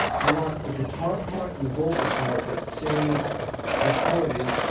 i want the guitar part and the vocal part that sammy recorded.